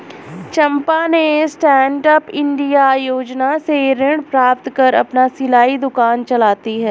चंपा ने stand up India योजना से ऋण प्राप्त कर अपना सिलाई दुकान चलाती है